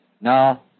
No